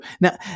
Now